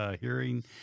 hearing